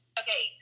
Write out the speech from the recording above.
okay